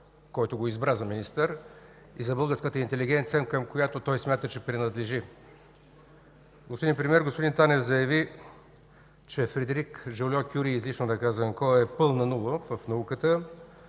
който го избра за министър, и за българската интелигенция, към която той смята, че принадлежи. Господин Премиер, господин Танев заяви, че Фредерик Жолио-Кюри – излишно е да казвам кой е, е пълна нула в науката,